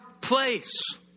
place